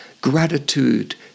gratitude